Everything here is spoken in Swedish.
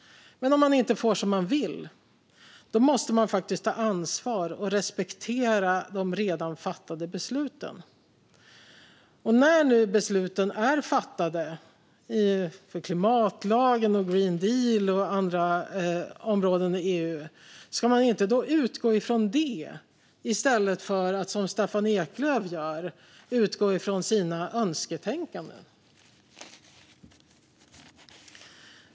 Men om man inte får som man vill måste man faktiskt ta ansvar och respektera de redan fattade besluten. När nu besluten om klimatlagen, Green Deal och andra områden i EU är fattade, ska man då inte utgå från dem i stället för att, som Staffan Eklöf gör, utgå från sitt eget önsketänkande?